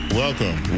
welcome